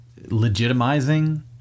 legitimizing